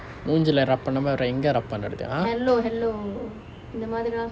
மூஞ்சிலே:munjilae rub பண்ணாமே வேற எங்க:pannamae vera enga rub பண்றது:pandrathu !huh!